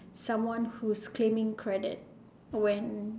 someone who's claiming credit when